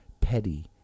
Petty